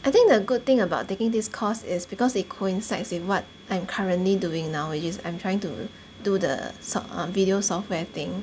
I think the good thing about taking this course is because it coincides with what I'm currently doing now which is I'm trying to do the soft err video software thing